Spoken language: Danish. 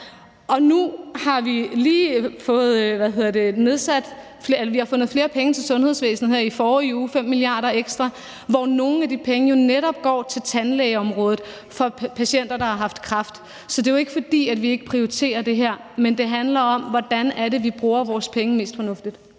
Nu har vi lige fundet flere penge til sundhedsvæsenet her i forrige uge. Det er 5 mia. kr. ekstra, hvoraf nogle af de penge netop går til tandlægeområdet for patienter, der har haft kræft. Så det er jo ikke, fordi vi ikke prioriterer det her. Men det handler om, hvordan det er, vi bruger vores penge mest fornuftigt.